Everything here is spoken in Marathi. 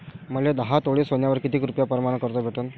मले दहा तोळे सोन्यावर कितीक रुपया प्रमाण कर्ज भेटन?